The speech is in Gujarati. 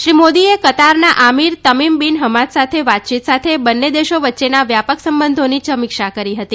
શ્રી મોદીએ કતારના અમીર તમીમ બીન ફમાદ સાથે વાતયીત સાથે બંને દેશો વચ્ચેના વ્યાપક સંબંધોની સમીક્ષા કરી હતી